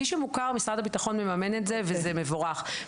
מי שמוכר משרד הביטחון מממן את זה וזה מבורך.